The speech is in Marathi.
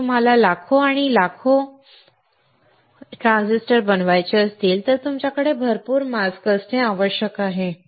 जर तुम्हाला लाखो आणि लाखो ट्रान्झिस्टर बनवायचे असतील तर तुमच्याकडे भरपूर मास्क असणे आवश्यक आहे